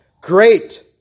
Great